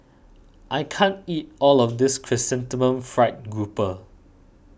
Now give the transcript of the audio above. I can't eat all of this Chrysanthemum Fried Grouper